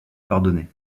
pardonner